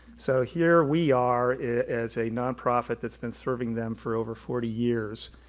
so here we are as a nonprofit that's been serving them for over forty years,